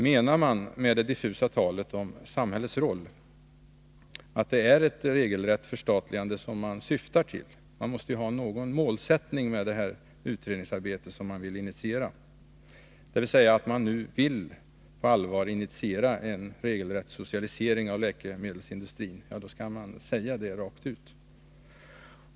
Det måste ju finnas någon målsättning bakom det utredningsarbete socialdemokraterna vill sätta i gång. Och syftar socialdemokraterna med det diffusa talet om ”samhällets roll” till ett regelrätt förstatligande, dvs. att de nu vill initiera en socialisering av läkemedelsindustrin, då bör det sägas rent ut.